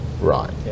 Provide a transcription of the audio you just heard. right